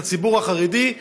את הציבור החרדי,